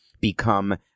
become